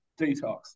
detox